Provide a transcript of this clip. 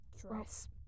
dress